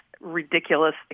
ridiculous